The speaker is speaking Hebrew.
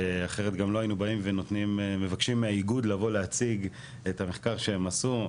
אחרת גם לא היינו באים ומבקשים מהאיגוד לבוא להציג את המחקר שהם עשו.